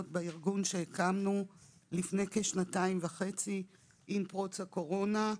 בארגון שהקמנו לפני כשנתיים וחצי עם פרוץ הקורונה.